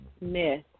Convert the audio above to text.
myth